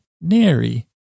Nary